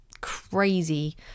crazy